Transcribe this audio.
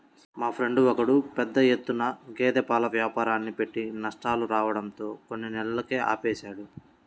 మా ఫ్రెండు ఒకడు పెద్ద ఎత్తున గేదె పాల వ్యాపారాన్ని పెట్టి నష్టాలు రావడంతో కొన్ని నెలలకే ఆపేశాడు